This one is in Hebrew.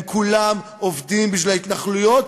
הם כולם עובדים בשביל ההתנחלויות.